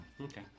Okay